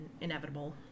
Inevitable